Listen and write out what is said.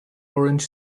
orange